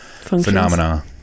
phenomena